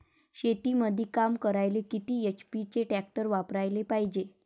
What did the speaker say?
शेतीमंदी काम करायले किती एच.पी चे ट्रॅक्टर वापरायले पायजे?